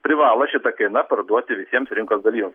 privalo šita kaina parduoti visiems rinkos dalyviam